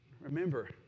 Remember